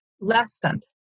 lessened